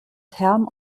term